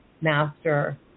master